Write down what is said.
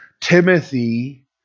Timothy